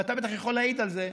ואתה בטח יכול להעיד על זה,